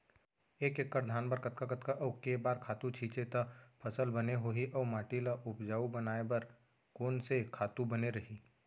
एक एक्कड़ धान बर कतका कतका अऊ के बार खातू छिंचे त फसल बने होही अऊ माटी ल उपजाऊ बनाए बर कोन से खातू बने रही?